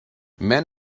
men